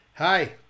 Hi